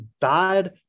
bad